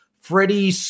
Freddie